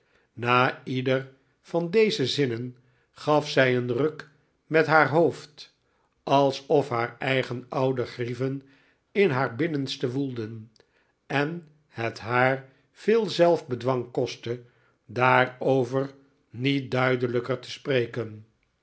na ieder van deze zinnen gaf zij een ruk met haar hoof d alsof haar eigen oude grieven in haar binnenste woelden en het haar veel zelfbedwang kostte daarover niet duidelijker te spreken